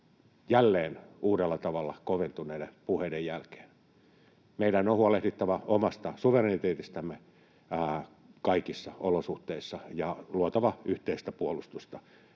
jälleen uudella tavalla koventuneiden puheiden jälkeen. Meidän on huolehdittava omasta suvereniteetistamme kaikissa olosuhteissa ja luotava yhteistä puolustusta.